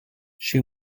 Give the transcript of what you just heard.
she